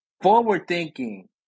forward-thinking